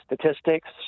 statistics